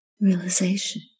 realization